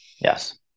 Yes